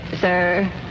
sir